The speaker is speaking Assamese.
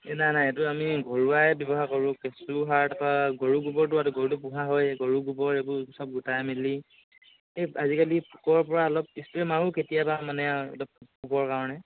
এই নাই নাই এইটো আমি ঘৰুৱাই ব্যৱহাৰ কৰোঁ কেঁচু সাৰ বা গৰু গোবৰটো গৰুটো পোহা হয় গৰু গোবৰ এইবোৰ চব গোটাই মেলি এই আজিকালি পোকৰ পৰা অলপ স্প্ৰে' মাৰোঁ কেতিয়াবা মানে অলপ পোকৰ কাৰণে